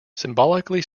symbolically